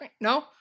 No